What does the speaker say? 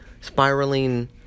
spiraling